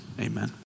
Amen